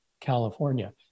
California